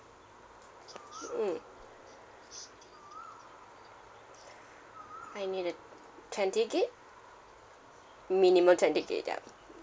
mm I need uh twenty gig minimum twenty gig ya